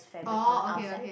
oh okay okay